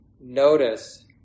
notice